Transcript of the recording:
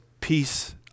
peace